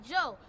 Joe